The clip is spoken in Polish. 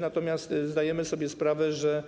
Natomiast zdajemy sobie sprawę, że